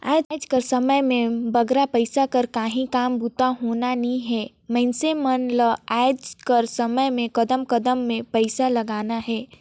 आएज कर समे में बिगर पइसा कर काहीं काम बूता होना नी हे मइनसे मन ल आएज कर समे में कदम कदम में पइसा लगना हे